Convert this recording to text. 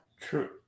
True